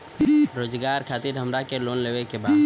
रोजगार खातीर हमरा के लोन लेवे के बा?